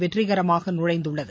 வெற்றிகரமாக நுழைந்துள்ளது